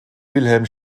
wilhelm